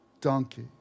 donkey